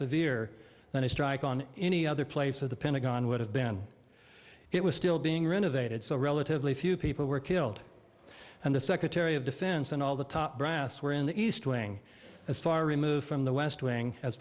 severe than a strike on any other place of the pentagon would have been it was still being renovated so relatively few people were killed and the secretary of defense and all the top brass were in the east wing as far removed from the west wing as